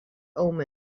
omen